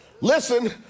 Listen